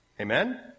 Amen